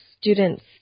students